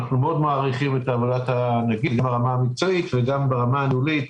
אנחנו מעריכים מאוד את עבודת הנגיד ברמה המקצועית וגם ברמה הניהולית.